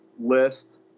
list